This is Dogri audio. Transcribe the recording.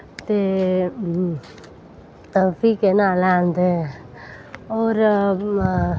ते फ्ही केह् नांऽ लैंदे होर